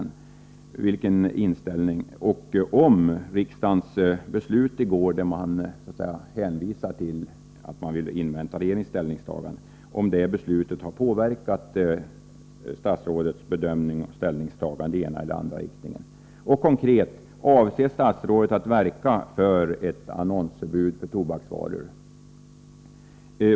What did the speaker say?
Har riksdagens beslut i går, där man hänvisar till att man vill invänta regeringens ställningstagande, påverkat statsrådets bedömning och ställningstagande i den eller den andra riktningen? Avser statsrådet att verka för ett annonsförbud mot tobaksvaror?